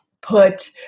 Put